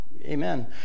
Amen